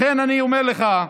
לכן, אני אומר לך,